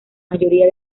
mayoría